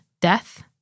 death